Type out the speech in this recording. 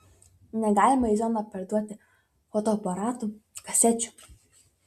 negalima į zoną perduoti fotoaparatų kasečių